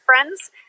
friends